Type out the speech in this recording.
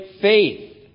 faith